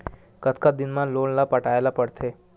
कतका दिन मा लोन ला पटाय ला पढ़ते?